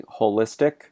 holistic